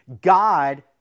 God